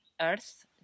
earth